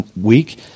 week